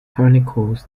chronicles